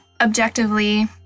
objectively